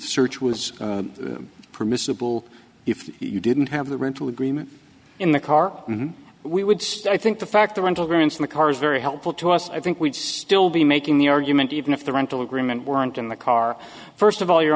search was permissible if you didn't have the rental agreement in the car and we would start i think the fact the rental grants in the car is very helpful to us i think we'd still be making the argument even if the rental agreement weren't in the car first of all your